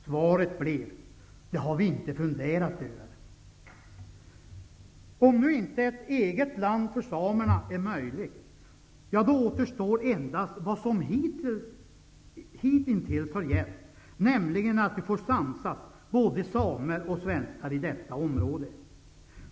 Svaret blev: Det har vi inte funderat över. Om nu inte ett eget land för samerna är möjligt, återstår endast vad som hitintills gällt, nämligen att vi får samsas, både samer och svenskar, i detta område.